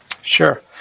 sure